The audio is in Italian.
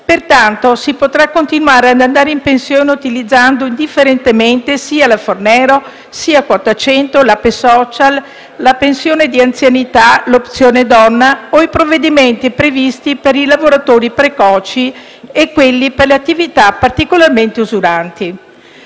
Pertanto, si potrà continuare ad andare in pensione utilizzando indifferentemente sia la Fornero, sia quota 100, l'APE social, la pensione di anzianità, l'opzione donna o i provvedimenti previsti per i lavoratori precoci e quelli per le attività particolarmente usuranti.